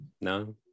No